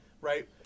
right